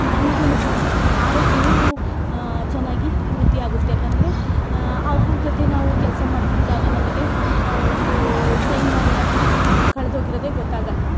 ನಮ್ಗು ಸಹ ಆರೋಗ್ಯ ಚೆನ್ನಾಗಿ ವೃದ್ಧಿ ಆಗುತ್ತೆ ಯಾಕಂದರೆ ಅವ್ಗುಳ ಜೊತೆ ನಾವು ಕೆಲಸ ಮಾಡ್ತಿದ್ದಾಗ ನಮಗೆ ಒಂದು ಟೈಮ್ ಅನ್ನೋದು ಕಳ್ದು ಹೋಗಿರೋದೇ ಗೊತ್ತಾಗೋಲ್ಲಾ